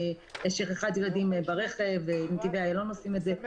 שכחת ילדים ברכב ונתיבי איילון עושים את זה,